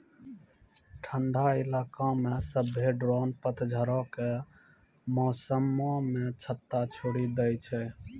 ठंडा इलाका मे सभ्भे ड्रोन पतझड़ो के मौसमो मे छत्ता छोड़ि दै छै